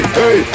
hey